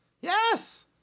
Yes